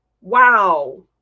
Wow